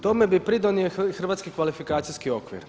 Tome bi pridonio i Hrvatski kvalifikacijski okvir.